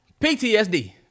PTSD